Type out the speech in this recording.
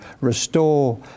restore